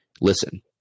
Listen